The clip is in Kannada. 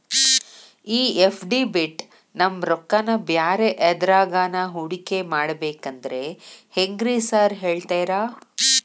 ಈ ಎಫ್.ಡಿ ಬಿಟ್ ನಮ್ ರೊಕ್ಕನಾ ಬ್ಯಾರೆ ಎದ್ರಾಗಾನ ಹೂಡಿಕೆ ಮಾಡಬೇಕಂದ್ರೆ ಹೆಂಗ್ರಿ ಸಾರ್ ಹೇಳ್ತೇರಾ?